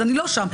אז אני לא שם,